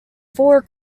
four